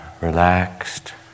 relaxed